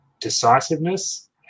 decisiveness